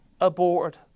aboard